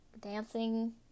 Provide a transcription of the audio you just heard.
dancing